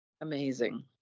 Amazing